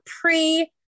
pre